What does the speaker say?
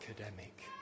academic